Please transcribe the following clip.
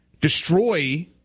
destroy